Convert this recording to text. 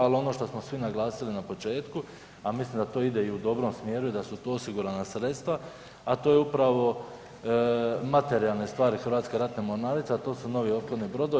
Ali ono što smo svi naglasili na početku, a mislim da to ide i u dobrom smjeru da su to osigurana sredstva, a to je upravo materijalne stvari Hrvatske ratne mornarice, a to su novi ophodni brodovi.